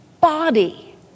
body